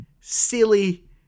silly